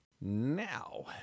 Now